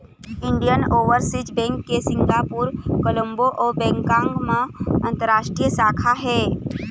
Indian Overseas Bank के Singapore, Colombo अउ Bangkok म अंतररास्टीय शाखा हे